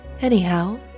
Anyhow